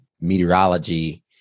meteorology